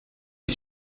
mes